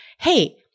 hey